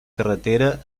carretera